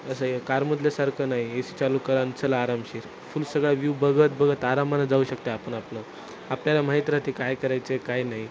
असं हे कारमधल्यासारखं नाही ए सी चालू करा आणि चला आरामशीर फुल सगळा व्यू बघत बघत आरामानं जाऊ शकते आपण आपलं आपल्याला माहीत राहते काय करायचे काय नाही